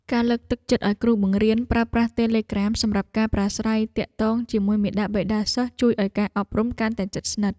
ការលើកទឹកចិត្តឱ្យគ្រូបង្រៀនប្រើប្រាស់តេឡេក្រាមសម្រាប់ការប្រស្រ័យទាក់ទងជាមួយមាតាបិតាសិស្សជួយឱ្យការអប់រំកាន់តែជិតស្និទ្ធ។